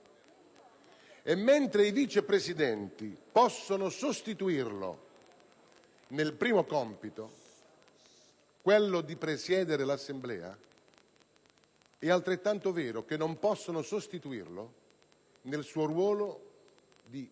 Mentre i Vice Presidenti possono sostituirlo nel primo compito, quello di presiedere l'Assemblea, è altrettanto vero che non possono sostituirlo nel suo ruolo di Vice